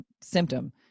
symptom